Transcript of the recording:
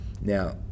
Now